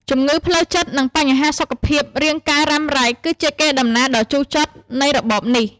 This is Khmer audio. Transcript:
ជំងឺផ្លូវចិត្ត និងបញ្ហាសុខភាពរាងកាយរ៉ាំរ៉ៃ គឺជាកេរដំណែលដ៏ជូរចត់នៃរបបនេះ។